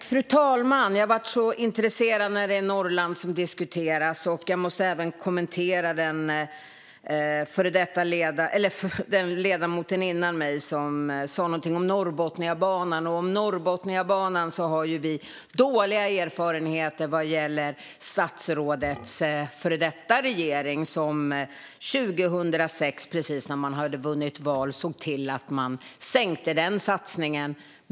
Fru talman! Jag blir så intresserad när Norrland diskuteras. Låt mig kommentera Norrbotniabanan, som ledamoten före mig tog upp. När det gäller den har vi dåliga erfarenheter av statsrådets före detta regering som efter valet 2006 såg till att sänka denna satsning.